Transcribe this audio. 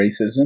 racism